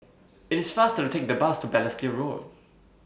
IT IS faster to Take The Bus to Balestier Road